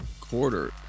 quarter